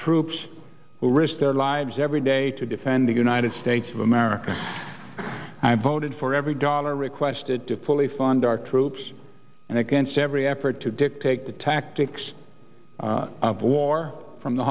troops who risked their lives every day to defend the united states of america i voted for every dollar requested to fully fund our troops and against every effort to dictate the tactics of war from the